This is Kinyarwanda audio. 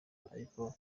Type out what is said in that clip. ariko